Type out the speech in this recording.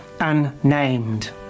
unnamed